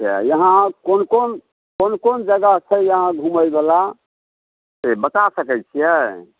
यहाँ कोन कोन कोन कोन जगह छै यहाँ घुमैवला से बता सकै छिए